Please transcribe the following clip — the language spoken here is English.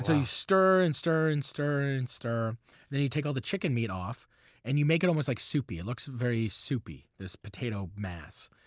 so you stir and stir and stir. and then you take all the chicken meat off and you make it almost like soupy. it looks very soupy, this potato mass.